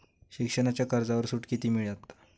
शिक्षणाच्या कर्जावर सूट किती मिळात?